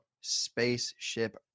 Spaceship